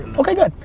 okay yeah.